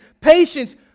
patience